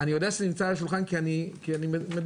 אני יודע שזה נמצא על השולחן כי אני מדווח.